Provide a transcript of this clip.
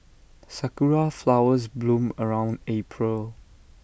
Sakura Flowers bloom around April